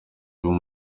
akaba